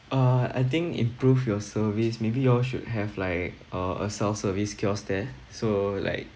uh I think improve your service maybe you all should have like uh a self service kiosk there so like